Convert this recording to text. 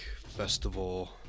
festival